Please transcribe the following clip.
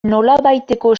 nolabaiteko